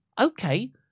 okay